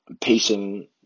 pacing